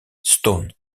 stone